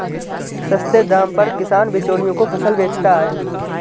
सस्ते दाम पर किसान बिचौलियों को फसल बेचता है